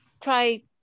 try